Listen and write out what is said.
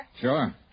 Sure